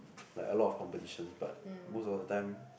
like a lot of competitions but most of the time